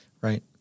Right